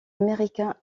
américains